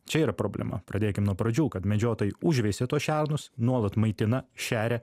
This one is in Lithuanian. čia yra problema pradėkim nuo pradžių kad medžiotojai užveisė tuos šernus nuolat maitina šeria